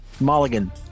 Mulligan